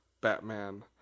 Batman